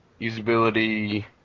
usability